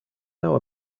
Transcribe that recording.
know